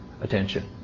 attention